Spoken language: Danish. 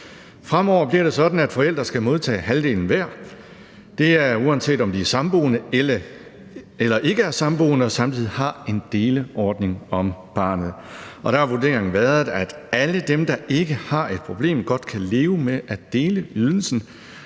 Fremover bliver det sådan, at forældre skal modtage halvdelen hver, og det er, uanset om de er samboende eller ikke er samboende og samtidig har en deleordning om barnet. Der har vurderingen været, at alle dem, der ikke har et problem, godt kan leve med at dele ydelsen,